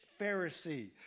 Pharisee